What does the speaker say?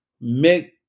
make